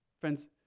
Friends